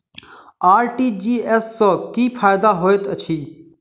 RTGS सँ की फायदा होइत अछि?